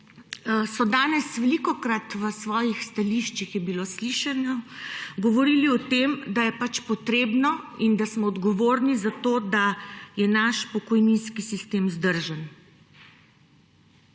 so danes velikokrat – v njihovih stališčih je bilo slišano – govorili o tem, da je potrebno in da smo odgovorni za to, da je naš pokojninski sistem vzdržen,